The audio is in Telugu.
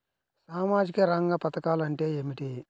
సామాజిక రంగ పధకాలు అంటే ఏమిటీ?